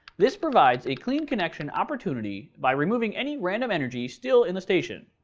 this provides a clean connection opportunity by removing any random energy still in the station.